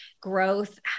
growth